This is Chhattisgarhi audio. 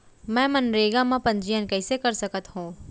मैं मनरेगा म पंजीयन कैसे म कर सकत हो?